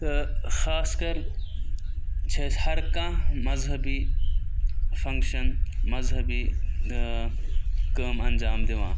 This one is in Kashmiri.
تہٕ خاص کر چھِ أس ہر کانٛہہ مذہبی فنٛگشَن مذہبی کٲم اَنجام دِوان